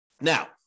Now